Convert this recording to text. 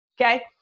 okay